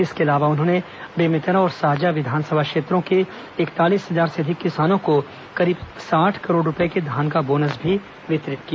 इसके अलावा उन्होंने बेमेतरा और साजा विधानसभा क्षेत्रों के इकतालीस हजार से अधिक किसानों को करीब साठ करोड़ रूपये के धान का बोनस भी वितरित किया